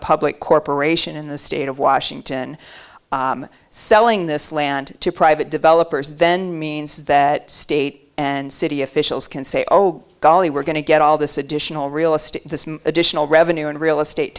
public corporation in the state of washington so this land to private developers then means that state and city officials can say oh golly we're going to get all this additional real estate additional revenue in real estate